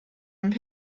einen